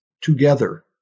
together